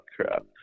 crap